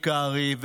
קרעי,